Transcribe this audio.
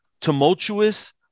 tumultuous